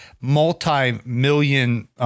multi-million